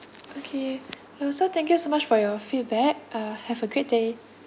okay uh so thank you so much for your feedback uh have a great day